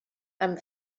amb